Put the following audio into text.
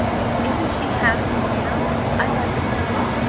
well, isn't she having em now, i'd like to know?